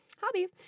Hobbies